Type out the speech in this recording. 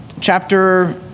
chapter